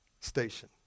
station